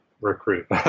recruit